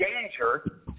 danger